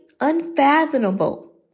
unfathomable